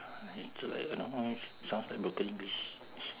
uh it's like I don't know leh sounds like broken english